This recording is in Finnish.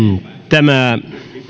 tämä valtiovarainministerin puheenvuoro